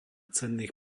cenných